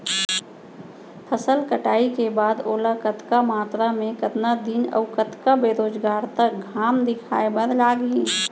फसल कटाई के बाद ओला कतका मात्रा मे, कतका दिन अऊ कतका बेरोजगार तक घाम दिखाए बर लागही?